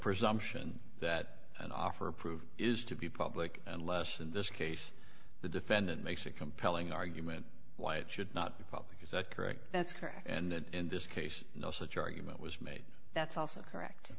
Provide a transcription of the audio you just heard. presumption that an offer of proof is to be public unless in this case the defendant makes a compelling argument why it should not be public is that correct that's correct and that in this case no such argument was made that's also correct